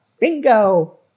bingo